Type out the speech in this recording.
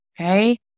Okay